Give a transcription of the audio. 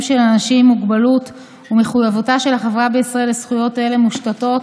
של אנשים עם מוגבלות ומחויבותה של החברה בישראל לזכויות אלה מושתתות